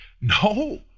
No